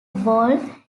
whole